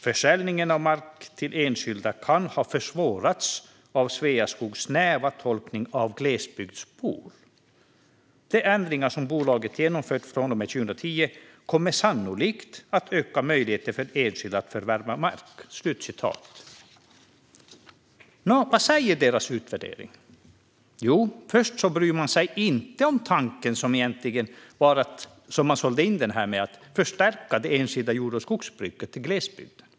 Försäljningen av mark till enskilda kan ha försvårats av Sveaskogs snäva tolkning av glesbygdsbor. De ändringar bolaget genomfört från och med 2010 kommer sannolikt att öka möjligheterna för enskilda att förvärva mark." Nå, vad säger deras utvärdering? Jo, först brydde man sig inte om tanken, som man sålde in det här med, att förstärka det enskilda jord och skogsbruket i glesbygden.